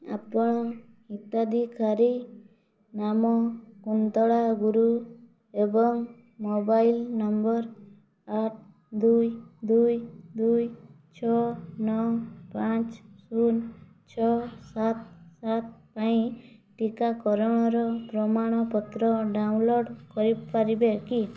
ଆପଣ ହିତାଧିକାରୀ ନାମ କୁନ୍ତଳା ଗୁରୁ ଏବଂ ମୋବାଇଲ୍ ନମ୍ବର ଆଠ ଦୁଇ ଦୁଇ ଦୁଇ ଛଅ ନଅ ପାଞ୍ଚ ଶୂନ ଛଅ ସାତ ସାତ ପାଇଁ ଟିକାକରଣର ପ୍ରମାଣପତ୍ର ଡାଉନଲୋଡ଼୍ କରିପାରିବେ କି